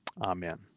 amen